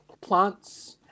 plants